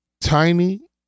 Tiny